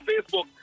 Facebook